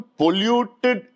polluted